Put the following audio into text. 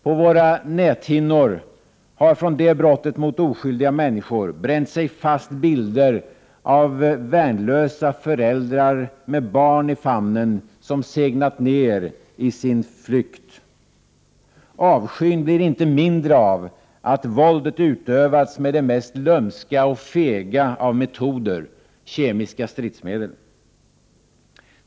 På våra näthinnor har från det brottet mot oskyldiga människor bränt sig fast bilder av värnlösa föräldrar med barn i famnen som segnat ner i sin flykt. Avskyn blir inte mindre av att våldet utövats med det mest lömska och fega av metoder — kemiska stridsmedel.